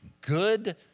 good